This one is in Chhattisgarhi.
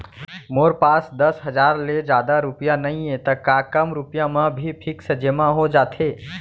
मोर पास दस हजार ले जादा रुपिया नइहे त का कम रुपिया म भी फिक्स जेमा हो जाथे?